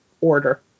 order